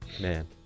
Man